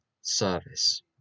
service